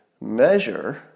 measure